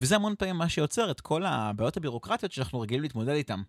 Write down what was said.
וזה המון פעמים מה שיוצר את כל הבעיות הבירוקרטיות שאנחנו רגילים להתמודד איתן.